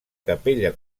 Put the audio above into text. capella